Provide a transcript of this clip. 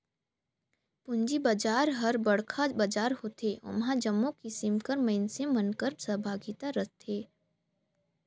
पूंजी बजार हर बड़खा बजार होथे ओम्हां जम्मो किसिम कर मइनसे मन कर सहभागिता रहथे